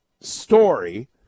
story